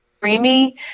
creamy